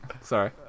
Sorry